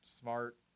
smart